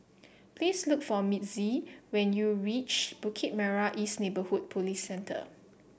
please look for Mitzi when you reach Bukit Merah East Neighbourhood Police Centre